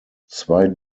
zwei